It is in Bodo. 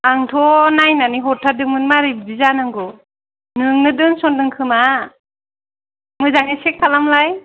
आंथ' नायनानै हरथारदोंमोन मारै बिदि जानांगौ नोंनो दोनसनदों खोमा मोजाङै चेक खालामलाय